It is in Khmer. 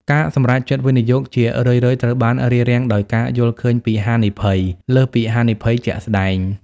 ការសម្រេចចិត្តវិនិយោគជារឿយៗត្រូវបានរារាំងដោយ "ការយល់ឃើញពីហានិភ័យ" លើសពីហានិភ័យជាក់ស្ដែង ។